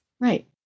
right